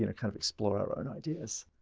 you know kind of explore our own ideas.